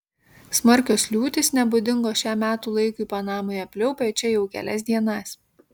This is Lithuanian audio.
smarkios liūtys nebūdingos šiam metų laikui panamoje pliaupia čia jau kelias dienas